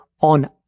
on